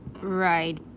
right